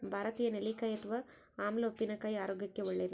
ಭಾರತೀಯ ನೆಲ್ಲಿಕಾಯಿ ಅಥವಾ ಆಮ್ಲ ಉಪ್ಪಿನಕಾಯಿ ಆರೋಗ್ಯಕ್ಕೆ ಒಳ್ಳೇದು